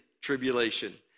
tribulation